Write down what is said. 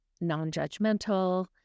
non-judgmental